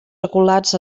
regulats